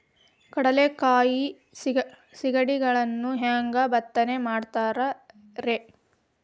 ಕಡಲೆಕಾಯಿ ಸಿಗಡಿಗಳನ್ನು ಹ್ಯಾಂಗ ಮೆತ್ತನೆ ಮಾಡ್ತಾರ ರೇ?